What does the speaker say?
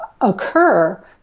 occur